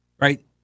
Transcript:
right